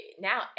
now